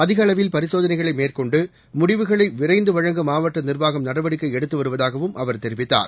அதிக அளவில் பரிசோதனைகளை மேற்கொண்டு முடிவுகளை விரைந்து வழங்க மாவட்ட நிர்வாகம் நடவடிக்கை எடுத்து வருவதாகவும் அவர் தெரிவித்தார்